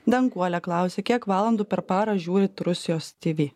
danguolė klausia kiek valandų per parą žiūrit rusijos tv